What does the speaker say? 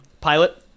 Pilot